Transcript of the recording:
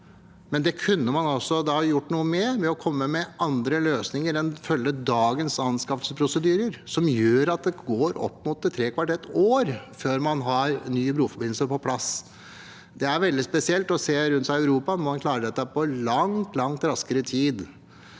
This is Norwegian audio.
det. Det kunne man altså gjort noe med ved å komme med andre løsninger enn å følge dagens anskaffelsesprosedyrer, som gjør at det går opp mot et år før man har ny bruforbindelse på plass. Det er veldig spesielt å se rundt seg i Europa, hvor man klarer dette på langt, langt kortere tid.